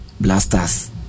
blasters